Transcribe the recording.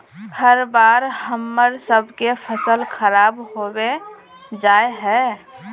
हर बार हम्मर सबके फसल खराब होबे जाए है?